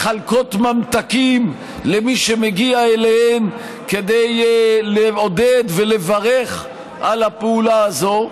מחלקות ממתקים למי שמגיע אליהם כדי לעודד ולברך על הפעולה הזאת,